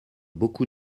beaucoup